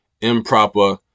improper